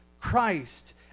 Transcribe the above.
Christ